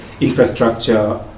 infrastructure